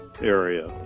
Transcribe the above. area